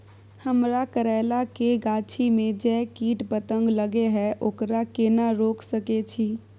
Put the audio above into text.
हमरा करैला के गाछी में जै कीट पतंग लगे हैं ओकरा केना रोक सके छी?